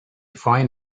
find